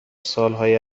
سالهای